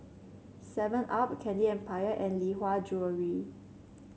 Seven Up Candy Empire and Lee Hwa Jewellery